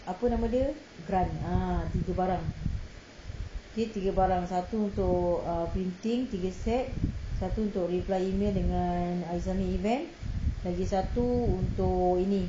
apa nama dia grant ah tiga barang dia tiga barang satu untuk err printing tiga set satu untuk reply email dengan islamic event lagi satu untuk ni